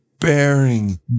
Bearing